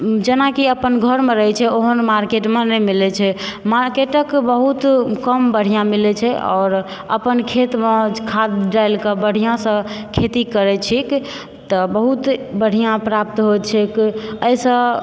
जेनाकि अपन घरमे रहैत छै ओहन मार्केटमे नहि मिलै छै मार्केटके बहुत कम बढ़िआँ मिलै छै आओर अपन खेतमे खाद्य डालिके बढ़िआँसँ खेती करैत छिक तऽ बहुत बढ़िआँ प्राप्त होइत छैक एहिसँ